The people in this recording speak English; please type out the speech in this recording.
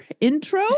intro